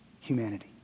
humanity